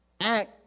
act